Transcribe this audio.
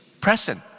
present